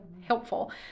helpful